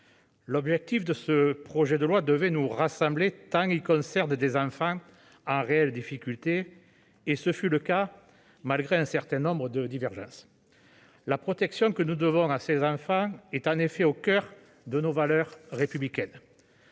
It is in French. l'objectif de ce projet de loi devait nous rassembler, tant les enfants qu'il concerne connaissent de difficultés. Ce fut le cas, malgré un certain nombre de divergences. La protection que nous devons à ces enfants est en effet au coeur de nos valeurs républicaines.